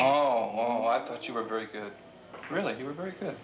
all i thought you were very good really you were very good